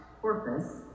corpus